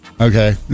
Okay